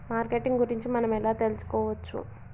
Marketing గురించి మనం ఎలా తెలుసుకోవచ్చు?